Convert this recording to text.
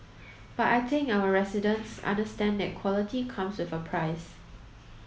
but I think our residents understand that quality comes with a price